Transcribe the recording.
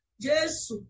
Jesus